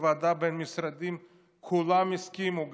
ובוועדה הבין-משרדית כולם הסכימו,